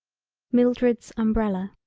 mildred's umbrella.